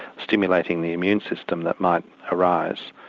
stimulating the immune system that might arise.